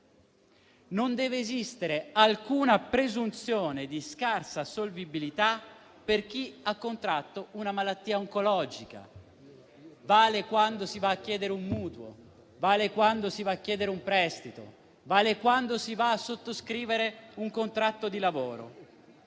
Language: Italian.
Non deve esistere alcuna presunzione di scarsa solvibilità per chi ha contratto una malattia oncologica e questo vale quando si va a chiedere un mutuo, quando si va a chiedere un prestito, quando si va a sottoscrivere un contratto di lavoro.